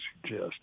suggest